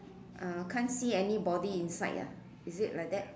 uh can't see anybody inside ah is it like that